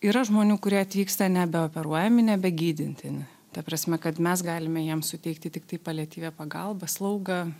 yra žmonių kurie atvyksta nebe operuojami nebe gydintini ta prasme kad mes galime jiems suteikti tiktai paliatyvią pagalbą slaugą